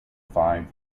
five